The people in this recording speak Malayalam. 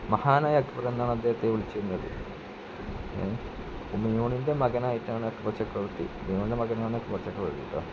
മഹാനായ അക്ബർ എന്നാണ് അദ്ദേഹത്തെ വിളിച്ചിരുന്നത് ഹുമയൂണിൻ്റെ മകനായിട്ടാണ് അക്ബർ ചക്രവർത്തി ഹുമയൂണിൻ്റെ മകനാണ് അക്ബർ ചക്രവർത്തി കെട്ടോ